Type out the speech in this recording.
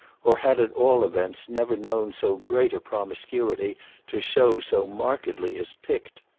or had at all events never known so great a promiscuity to show so markedly as picked.